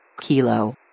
Kilo